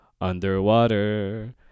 underwater